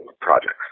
projects